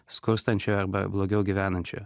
skurstančiojo arba blogiau gyvenančiojo